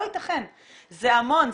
זה המון,